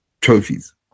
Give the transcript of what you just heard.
trophies